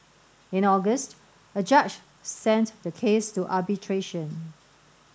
in August a judge sent the case to arbitration